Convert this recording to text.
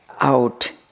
out